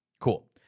Cool